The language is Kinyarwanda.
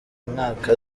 mwaka